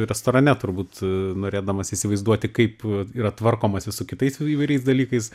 restorane turbūt norėdamas įsivaizduoti kaip yra tvarkomasi su kitais įvairiais dalykais